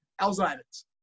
Alzheimer's